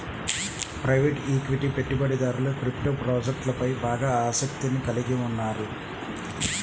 private equity పెట్టుబడిదారులు crypto ప్రాజెక్ట్లపై బాగా ఆసక్తిని కలిగి ఉన్నారు